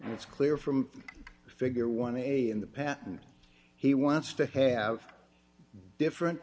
and it's clear from figure one a in the patent he wants to have different